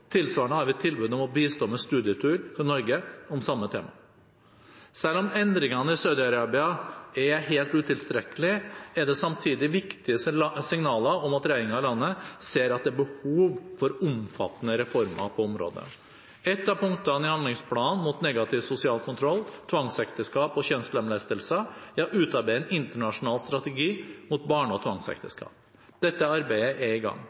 tilsvarende har vi et tilbud om å bistå med studietur til Norge om samme tema. Selv om endringene i Saudi-Arabia er helt utilstrekkelige, er de samtidig viktige signaler om at regjeringen i landet ser at det er behov for omfattende reformer på området. Ett av punktene i handlingsplanen mot negativ sosial kontroll, tvangsekteskap og kjønnslemlestelse er å utarbeide en internasjonal strategi mot barne- og tvangsekteskap. Dette arbeidet er i gang.